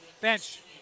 Bench